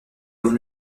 dans